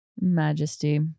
Majesty